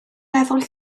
meddwl